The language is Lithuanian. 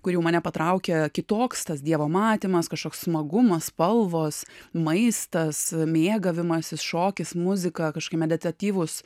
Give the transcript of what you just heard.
kur jau mane patraukė kitoks tas dievo matymas kažkoks smagumas spalvos maistas mėgavimasis šokis muzika kažkame detatyvūs